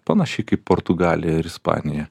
panašiai kaip portugalija ir ispanija